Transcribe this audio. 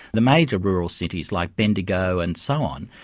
the major rural cities like bendigo and so on,